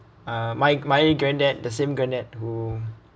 uh my my granddad the same granddad who